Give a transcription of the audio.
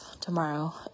tomorrow